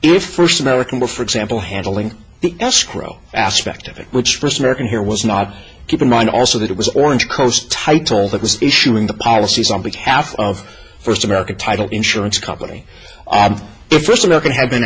if first american were for example handling the escrow aspect of it which first american here was not keep in mind also that it was orange coast title that was issuing the policies on behalf of first america title insurance company ad the first american had been